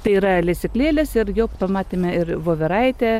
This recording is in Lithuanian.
tai yra lesyklėlės ir jau pamatėme ir voveraitę